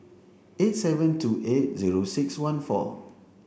eight seven two eight zero six one four